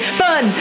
fun